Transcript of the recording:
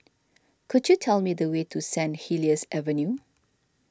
could you tell me the way to St Helier's Avenue